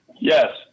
Yes